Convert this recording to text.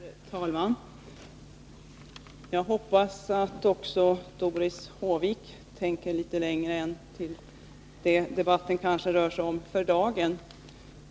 Herr talman! Jag hoppas att också Doris Håvik tänker litet längre än till det som debatten rör sig om för dagen.